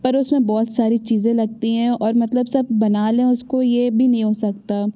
पर उस में बहुत सारी चीज़ें लगती हैं और मतलब सब बना लें उसको ये भी नही हो सकता